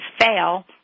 fail